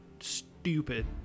stupid